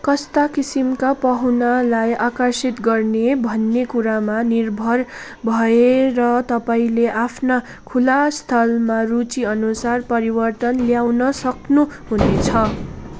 कस्ता किसिमका पाहुनालाई आकर्षित गर्ने भन्ने कुरामा निर्भर भएर तपाईँँले आफ्ना खुला स्थलमा रुचिअनुसार परिवर्तन ल्याउन सक्नुहुनेछ